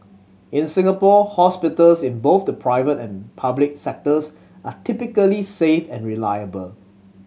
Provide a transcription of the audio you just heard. in Singapore hospitals in both the private and public sectors are typically safe and reliable